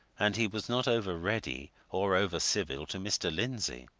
and he was not over ready or over civil to mr. lindsey.